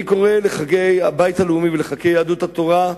אני קורא לח"כי הבית הלאומי ולח"כי יהדות התורה,